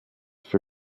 für